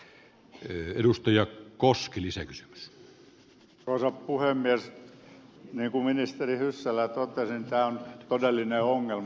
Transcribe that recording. niin kuin ministeri hyssälä totesi tämä on todellinen ongelma